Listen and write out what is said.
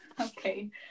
Okay